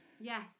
Yes